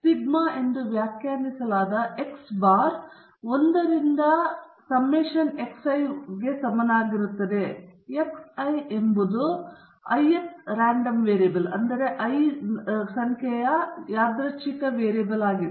ಆದ್ದರಿಂದ ಸಿಗ್ಮಾ ಎಂದು ವ್ಯಾಖ್ಯಾನಿಸಲಾದ x ಬಾರ್ 1 ರಿಂದ nxi ಗೆ ಸಮನಾಗಿರುತ್ತದೆ xi ಎನ್ನುವುದು ith ಯಾದೃಚ್ಛಿಕ ವೇರಿಯಬಲ್ ಆಗಿದೆ